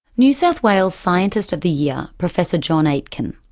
new south wales scientist of the year, professor john aitken.